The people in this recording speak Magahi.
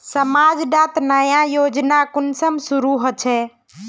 समाज डात नया योजना कुंसम शुरू होछै?